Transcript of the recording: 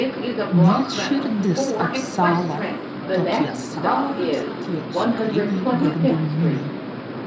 net širdis apsalo tokie saldūs tie cukriniai gardumynai